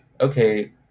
okay